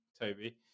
Toby